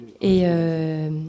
Et